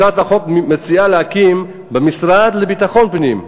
הצעת החוק מציעה להקים במשרד לביטחון הפנים,